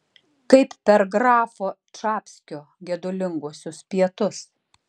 kaip per grafo čapskio gedulinguosius pietus